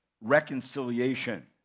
reconciliation